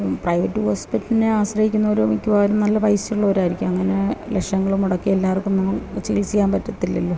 private ഹോസ്പിറ്റലിനെ ആശ്രയിക്കുന്നവര് മിക്കവാറും നല്ല പൈസയുള്ളവരായിരിക്കും അങ്ങനെ ലക്ഷങ്ങള് മുടക്കി എല്ലാവർക്കും ചികിൽസിക്കാൻ പറ്റത്തില്ലല്ലോ